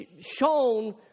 shown